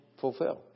fulfilled